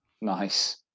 nice